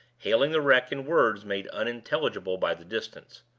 hailing the wreck in words made unintelligible by the distance,